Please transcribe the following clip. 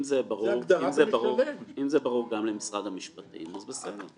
אם זה ברור גם למשרד המשפטים, אז בסדר,